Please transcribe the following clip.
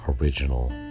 original